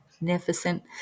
magnificent